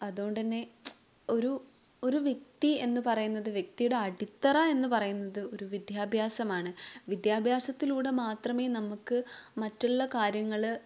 അതുകൊണ്ടുതന്നെ ഒരു ഒരു വ്യക്തി എന്ന് പറയുന്നത് വ്യക്തിയുടെ അടിത്തറ എന്ന് പറയുന്നത് ഒരു വിദ്യാഭ്യാസമാണ് വിദ്യാഭ്യാസത്തിലൂടെ മാത്രമേ നമുക്ക് മറ്റുള്ള കാര്യങ്ങൾ